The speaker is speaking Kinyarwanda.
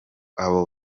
abo